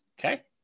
Okay